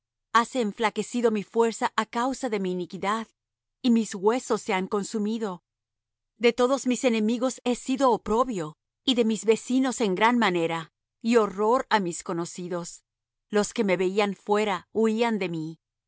hase enflaquecido mi fuerza á causa de mi iniquidad y mis huesos se han consumido de todos mis enemigos he sido oprobio y de mis vecinos en gran manera y horror á mis conocidos los que me veían fuera huían de mí